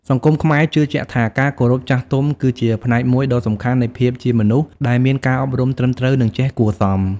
សង្គមខ្មែរជឿជាក់ថា ការគោរពចាស់ទុំគឺជាផ្នែកមួយដ៏សំខាន់នៃភាពជាមនុស្សដែលមានការអប់រំត្រឹមត្រូវ និងចេះគួរសម។